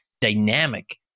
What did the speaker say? dynamic